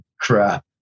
Crap